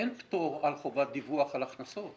אין פטור על חובת דיווח על הכנסות.